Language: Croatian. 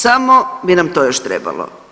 Samo bi nam to još trebalo.